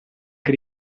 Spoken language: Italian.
che